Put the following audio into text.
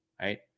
right